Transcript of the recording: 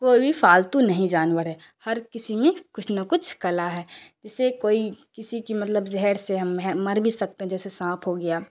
کوئی بھی فالتو نہیں جانور ہے ہر کسی میں کچھ نہ کچھ کلا ہے جیسے کوئی کسی کی مطلب زہر سے مر بھی سکتے ہیں جیسے سانپ ہو گیا